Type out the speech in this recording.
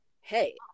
hey